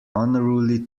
unruly